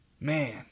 Man